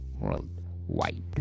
worldwide